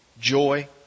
joy